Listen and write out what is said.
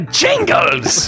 jingles